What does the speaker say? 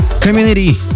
community